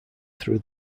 through